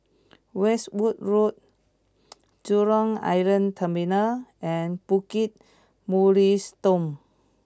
Westwood Road Jurong Island Terminal and Bukit Mugliston